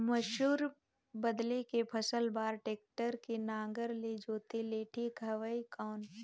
मसूर बदले के फसल बार टेक्टर के नागर ले जोते ले ठीक हवय कौन?